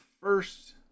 first